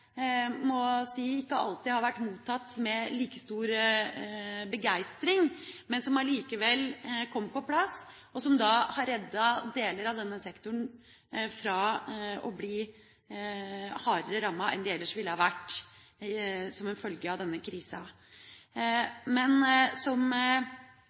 må si ikke alltid har vært mottatt med like stor begeistring, men som allikevel har kommet på plass, og som har reddet deler av denne sektoren fra å bli hardere rammet enn de ellers ville ha blitt som en følge av denne krisa.